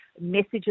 messages